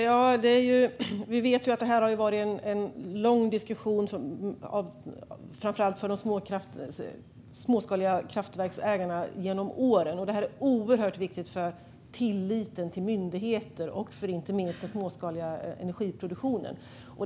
Herr talman! Vi vet att det här har varit en lång diskussion för framför allt de småskaliga kraftverksägarna genom åren. Det här är oerhört viktigt för tilliten till myndigheter och inte minst för den småskaliga energiproduktionen.